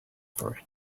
for